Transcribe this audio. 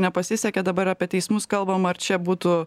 nepasisekė dabar apie teismus kalbam ar čia būtų